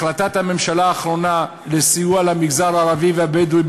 החלטת הממשלה האחרונה לסיוע למגזר הערבי והבדואי,